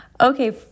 Okay